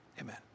Amen